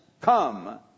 come